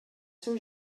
seu